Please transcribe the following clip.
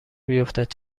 بیفتد